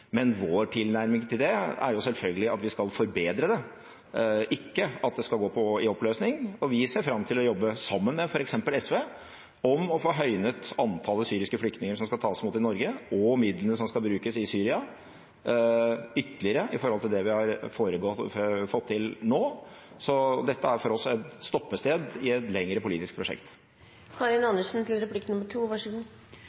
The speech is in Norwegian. oppløsning, og vi ser fram til å jobbe sammen med f.eks. SV for å få høynet antallet syriske flyktninger som skal tas imot i Norge, og å øke midlene som skal brukes i Syria ytterligere i forhold til det vi har fått til nå. Så dette er for oss et stoppested i et lengre politisk